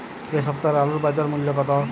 এ সপ্তাহের আলুর বাজার মূল্য কত?